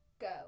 go